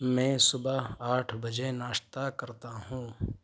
میں صبح آٹھ بجے ناشتہ کرتا ہوں